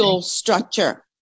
structure